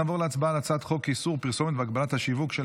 נעבור להצבעה על הצעת חוק איסור פרסומת והגבלת השיווק של